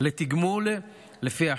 לתגמול לפי החוק.